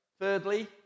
Thirdly